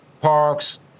parks